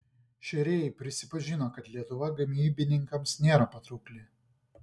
šeiriai prisipažino kad lietuva gamybininkams nėra patraukli